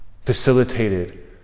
facilitated